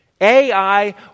AI